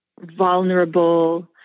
vulnerable